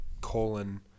colon